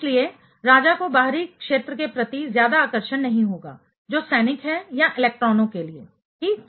इसलिए राजा को बाहरी क्षेत्र के प्रति ज्यादा आकर्षण नहीं होगा जो सैनिक है या इलेक्ट्रॉनों के लिए ठीक